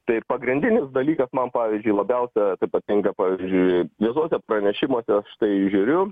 tai pagrindinis dalykas man pavyzdžiui labiausia patinka pavyzdžiui visuose pranešimuose štai žiūriu